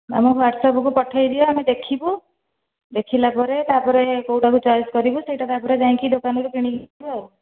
ଆମ ହ୍ଵାଟ୍ସଆପ୍କୁ ପଠାଇଦିଅ ଆମେ ଦେଖିବୁ ଦେଖିଲାପରେ ତା'ପରେ କେଉଁଟାକୁ ଚଏସ୍ କରିବୁ ସେଟା ତା'ପରେ ଯାଇକି ଦୋକାନରେ କିଣିବୁ ଆଉ